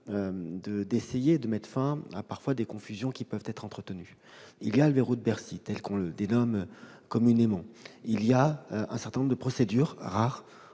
de tenter de mettre fin à des confusions qui peuvent parfois être entretenues. Il y a le verrou de Bercy, tel qu'on le dénomme communément ; il y a un certain nombre de procédures, rares,